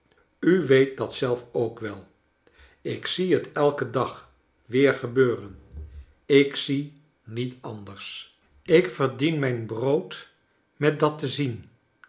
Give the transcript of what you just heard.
u weet dat zelf ook wel ik zie het elken dag weer gebeuren ik zie niet anders charles dickens ik verdien mijn brood met dat te zien